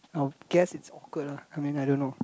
our guest is good lah coming I don't know